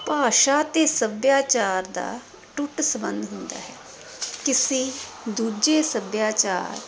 ਭਾਸ਼ਾ ਅਤੇ ਸੱਭਿਆਚਾਰ ਦਾ ਅਟੁੱਟ ਸੰਬੰਧ ਹੁੰਦਾ ਹੈ ਕਿਸੇ ਦੂਜੇ ਸੱਭਿਆਚਾਰ